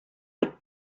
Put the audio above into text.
would